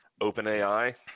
OpenAI